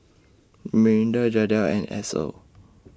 Miranda Jadiel and Edsel